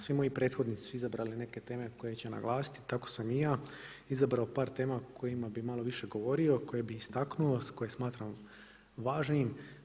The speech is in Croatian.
Svi moji prethodnici su izabrali neke teme koje će naglasiti tako sam i ja izabrao par tema o kojima bi malo više govorio, koje bih istaknuo, koje smatram važnim.